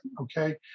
okay